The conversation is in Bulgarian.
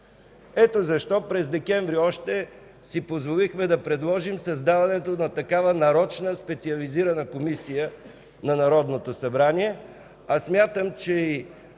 Ето защо още през месец декември си позволихме да предложим създаването на такава нарочна специализирана Комисия на Народното събрание,